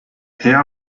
her